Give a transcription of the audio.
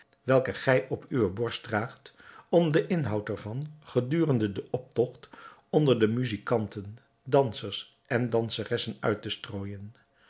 welke gij op uwe borst draagt om den inhoud er van gedurende den optogt onder de muzijkanten dansers en danseressen uit te strooijen